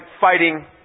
fighting